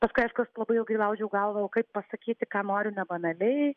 paskui aišku aš labai ilgai laužiau galvą kaip pasakyti ką noriu nebanaliai